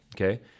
okay